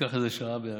שייקח איזה שעה בערך.